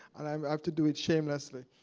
and i um have to do it shamelessly.